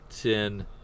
ten